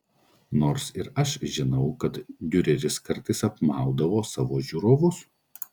nors ir aš žinau kad diureris kartais apmaudavo savo žiūrovus